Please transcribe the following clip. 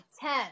Ten